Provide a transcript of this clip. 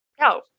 No